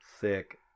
Sick